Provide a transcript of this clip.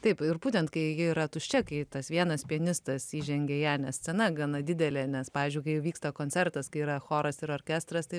taip ir būtent kai ji yra tuščia kai tas vienas pianistas įžengė į ją nes scena gana didelė nes pavyzdžiui kai vyksta koncertas kai yra choras ir orkestras tai